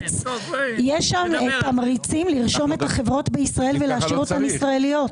יש שם תמריצים לרשום את החברות בישראל ולהשאיר אותן ישראליות.